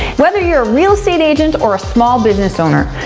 whether you're a real estate agent or a small business owner,